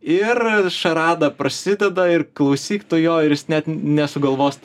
ir šaradą prasideda ir klausyk tu jo ir jis net nesugalvos